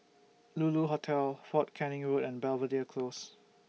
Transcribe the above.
Lulu Hotel Fort Canning Road and Belvedere Close